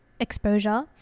exposure